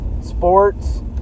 sports